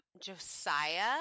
Josiah